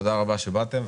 תודה רבה שבאתם,